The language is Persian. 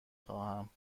خواهم